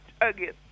again